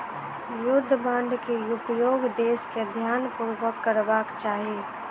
युद्ध बांड के उपयोग देस के ध्यानपूर्वक करबाक चाही